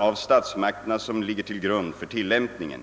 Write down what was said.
av statsmakterna” som ligger till grund. för tillämpningen.